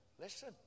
listen